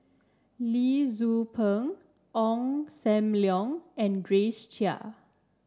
Lee Tzu Pheng Ong Sam Leong and Grace Chia